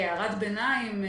כהערת ביניים אגיד,